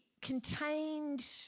contained